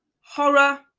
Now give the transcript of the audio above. horror